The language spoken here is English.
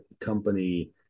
company